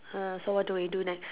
err so what do you do next